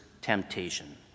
temptation